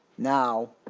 now,